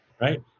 right